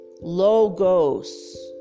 Logos